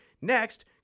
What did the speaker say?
Next